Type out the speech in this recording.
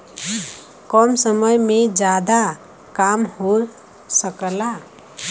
कम समय में जादा काम हो सकला